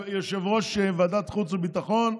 ולגבי יושב-ראש ועדת חוץ וביטחון,